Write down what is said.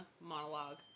monologue